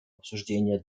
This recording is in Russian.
обсуждения